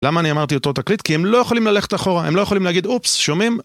למה אני אמרתי אותו תקליט? כי הם לא יכולים ללכת אחורה, הם לא יכולים להגיד, אופס, שומעים?